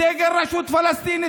דגל הרשות הפלסטינית,